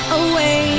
away